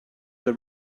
the